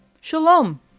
shalom